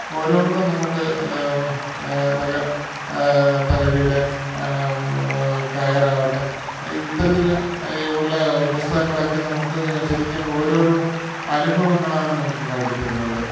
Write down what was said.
ഓരോന്നും നമുക്ക് തക തകഴിയുടെ കയറാവട്ടെ ഇത്തരത്തിൽ ഈയുള്ള പുസ്തകങ്ങളൊക്കെ നമുക്ക് ശരിക്കും ഓരോരോ അനുഭവങ്ങളാണ് നമുക്ക് കാട്ടിത്തരുന്നത്